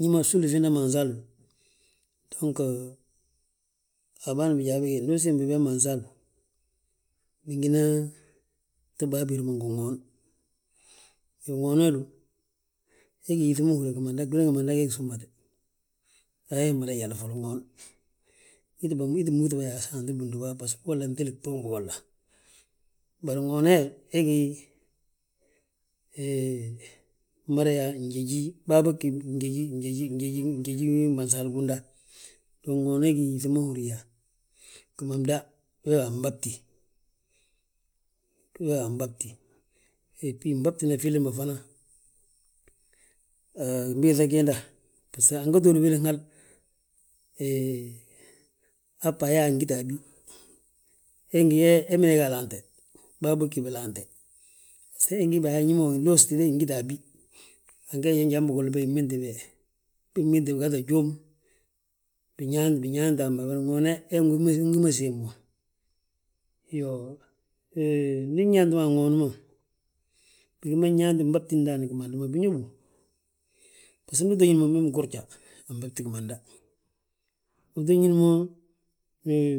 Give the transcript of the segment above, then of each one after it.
Ñí ma fsúmli fiinda Mansal, dongoo, a bâan bijaa bége ndu usiim biyaa Mansal, bingina to baatir mo ngi ŋoon. Iyoo, ŋoon he du, he gí yíŧi ma húri yaa gwilin gimanda gee gi súmmate, a he mmada yali foloŋ ŋoon. Iti múuŧ bà saanti bindúba, baso nŧili gtuugin bigolla. Bari ŋoon he, he gí, hee mmada yaa njeji, bâa bogi, njeji, njeji, njeji, njeji wii mansagúnda. Dong ŋoon he gí yíŧi ma húrin yaa, gimanda wee wi anbabti, wee wa anbabti. Ebii mbabti filli ma fana, ha a ginbiiŧa giinda, baso ange toodi wilin hal, hee, haa bbaa yaa ngita a bi. He ngi yaaye, he mida ga alaante, bâa bógi bilaante, ñe ngi yaaye hinoo si ngita a bi, ange gí njan bigolla bége, mbintin be, bég mbinte bigaa ta juum. Binyaata hamma, bari ŋoon he, he ungi ma siim mo. Hee iyoo, ndi nyaanti mo a ŋoon ma, bigi ma mbabti ndaani gimandi ma, biñóbu. Baso ndu uto ñin mo mem gurja, anbabti gimanda, uto ñín mo hee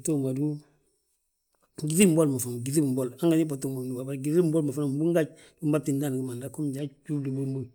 ftuugi ma dú? Gyíŧi mboli, gyíŧi mbol fan ma, hanganti ii bba tuug bindúba. Bari gyíti mboli ma fana gbúŋ gaaj bég ngi babti mo ndaani gimanda gom njan júbli bommbogi.